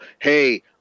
Hey